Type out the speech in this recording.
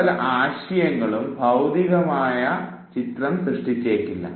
മറ്റ് പല ആശയങ്ങളും ഭൌതികമായ ചിത്രം സൃഷ്ടിച്ചേക്കില്ല